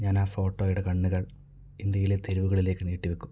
ഞാൻ ആ ഫോട്ടോയുടെ കണ്ണുകൾ ഇന്ത്യയിലെ തെരുവുകളിലേക്ക് നീട്ടി വെക്കും